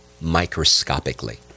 microscopically